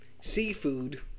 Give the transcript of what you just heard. Seafood